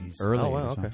Early